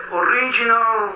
original